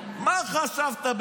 מה חשבת?